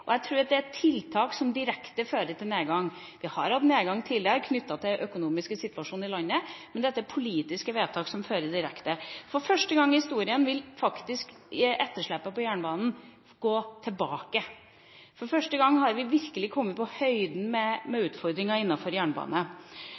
og jeg tror det er tiltak som direkte fører til nedgang. Vi har tidligere hatt nedgang knyttet til den økonomiske situasjonen i landet, men dette er politiske vedtak som direkte fører til nedgang. For første gang i historien vil faktisk etterslepene på jernbanen gå tilbake. For første gang har vi virkelig kommet på høyden med